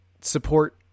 support